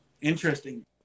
interesting